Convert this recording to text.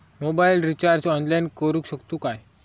Mobile recharge online करुक शकतू काय?